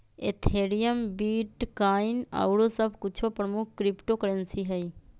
Ethereum, bitcoin आउरो सभ कुछो प्रमुख क्रिप्टो करेंसी हइ